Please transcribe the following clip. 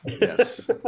yes